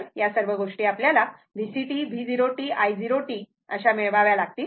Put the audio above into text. तर या सर्व गोष्टी आपल्याला Vct V0t i0t मिळवाव्या लागतील